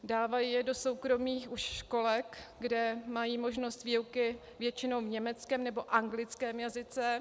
Dávají je do soukromých už školek, kde mají možnost výuky většinou v německém nebo anglickém jazyce.